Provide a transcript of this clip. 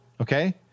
Okay